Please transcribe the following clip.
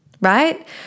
right